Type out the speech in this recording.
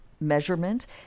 measurement